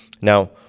now